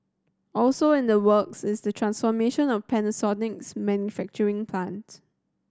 also in the works is the transformation of Panasonic's manufacturing plant